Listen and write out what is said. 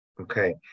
Okay